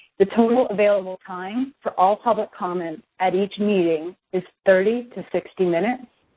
the total available time for all public comments at each meeting is thirty to sixty minutes.